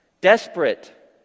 desperate